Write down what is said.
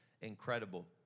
incredible